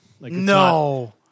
No